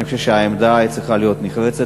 אני חושב שהעמדה צריכה להיות נחרצת.